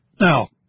Now